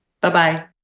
Bye-bye